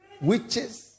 witches